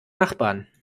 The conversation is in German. nachbarn